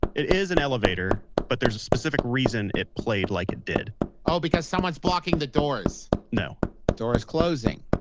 it is an elevator but there's a specific reason it played like it did oh. because someone's blocking the doors no doors closing.